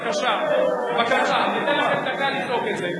בבקשה, אתן לכם דקה לצעוק את זה.